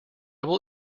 will